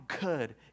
good